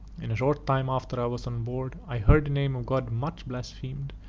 in a short time after i was on board i heard the name of god much blasphemed,